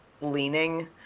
leaning